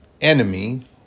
enemy